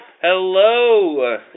Hello